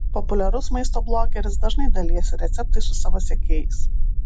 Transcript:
populiarus maisto blogeris dažnai dalijasi receptais su savo sekėjais